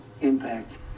impact